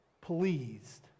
pleased